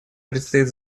предстоит